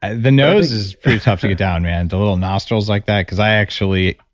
and the nose is pretty tough to get down, man. the little nostrils like that because i actually,